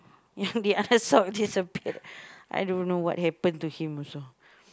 ya disappear I don't know what happen to him also